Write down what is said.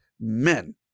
men